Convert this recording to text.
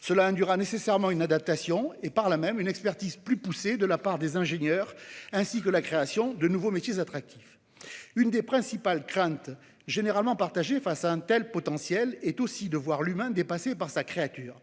Cela induira nécessairement une adaptation et, par là même, une expertise plus poussée de la part des ingénieurs, ainsi que la création de nouveaux métiers attractifs. L'une des principales craintes généralement partagées face à un tel potentiel est aussi de voir l'humain dépassé par sa créature.